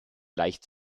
leicht